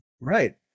Right